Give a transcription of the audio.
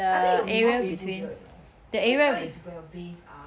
I think it will be more painful here you know cause that's where your veins are